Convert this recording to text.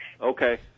Okay